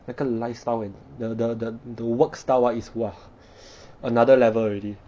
那个 lifestyle and the the the the work style ah is !wah! another level already